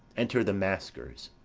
enter the maskers,